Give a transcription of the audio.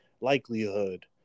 Likelihood